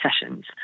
sessions